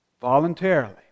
Voluntarily